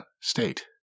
state